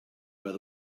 where